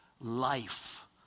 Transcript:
life